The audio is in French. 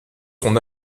son